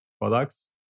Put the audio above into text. products